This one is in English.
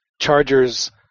Chargers